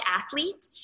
athlete